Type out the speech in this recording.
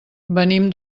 venim